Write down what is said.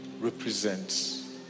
represents